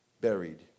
buried